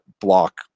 block